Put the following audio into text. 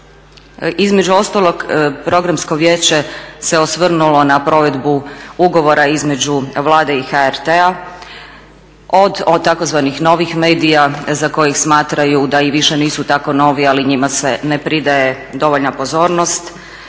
Između ostalog programsko vijeće se osvrnulo na provedbu ugovora između Vlade i HRT-a od tzv. novih medija za koje ih smatraju da i više nisu tako novi ali njima se ne pridaje dovoljna pozornost.